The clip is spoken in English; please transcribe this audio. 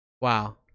Wow